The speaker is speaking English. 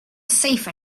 safe